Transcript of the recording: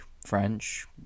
French